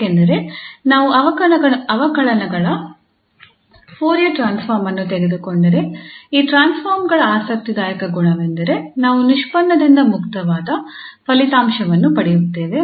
ಏಕೆಂದರೆ ನಾವು ಅವಕಲನಗಳ ಫೋರಿಯರ್ ಟ್ರಾನ್ಸ್ಫಾರ್ಮ್ ಅನ್ನು ತೆಗೆದುಕೊಂಡರೆ ಈ ಟ್ರಾನ್ಸ್ಫಾರ್ಮ್ ಗಳ ಆಸಕ್ತಿದಾಯಕ ಗುಣವೆಂದರೆ ನಾವು ನಿಷ್ಪನ್ನದಿಂದ ಮುಕ್ತವಾದ ಫಲಿತಾಂಶವನ್ನು ಪಡೆಯುತ್ತೇವೆ